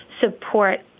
support